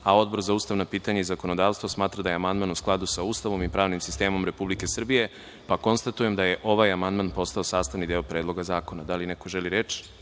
amandman. Odbor za ustavna pitanja i zakonodavstvo smatra da je amandman u skladu sa Ustavom i pravnim sistemom Republike Srbije. Konstatujem da je ovaj amandman postao sastavni deo Predloga zakona. Da li neko želi reč?